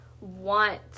want